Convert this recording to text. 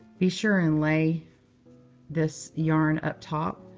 be sure and lay this yarn up top,